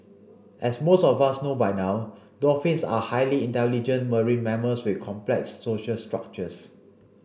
as most of us know by now dolphins are highly intelligent marine mammals with complex social structures